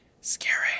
Scary